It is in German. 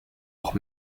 auch